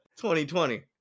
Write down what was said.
2020